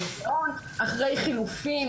אחרי חילופי